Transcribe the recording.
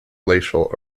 glacial